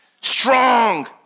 Strong